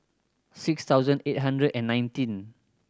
six thousand eight hundred and nineteen